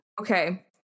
Okay